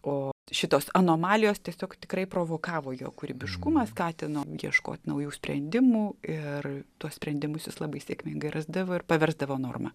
o šitos anomalijos tiesiog tikrai provokavo jo kūrybiškumą skatino ieškot naujų sprendimų ir tuos sprendimus jis labai sėkmingai rasdavo ir paversdavo norma